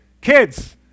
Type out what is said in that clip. kids